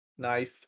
Knife